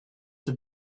have